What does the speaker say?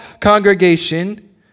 congregation